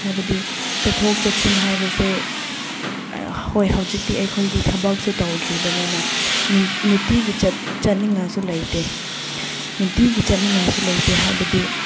ꯍꯥꯏꯕꯗꯤ ꯆꯠꯊꯣꯛ ꯆꯠꯁꯤꯟ ꯍꯥꯏꯕꯁꯦ ꯍꯣꯏ ꯍꯧꯖꯤꯛꯇꯤ ꯑꯩꯈꯣꯏꯗꯤ ꯊꯕꯛꯁꯨ ꯇꯧꯗ꯭ꯔꯤꯕꯅꯤꯅ ꯅꯨꯡꯇꯤꯒꯤ ꯆꯠꯅꯤꯡꯉꯥꯏꯁꯨ ꯂꯩꯇꯦ ꯅꯨꯡꯇꯤꯒꯤ ꯆꯠꯅꯤꯡꯉꯥꯏꯁꯨ ꯂꯩꯇꯦ ꯍꯥꯏꯕꯗꯤ